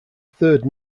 third